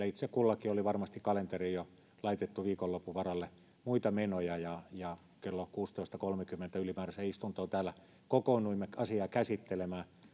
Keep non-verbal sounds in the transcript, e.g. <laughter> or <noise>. <unintelligible> itse kullakin oli varmasti kalenteriin jo laitettu viikonlopun varalle muita menoja ja ja kello kuusitoista kolmeenkymmeneen ylimääräiseen istuntoon täällä kokoonnuimme asiaa käsittelemään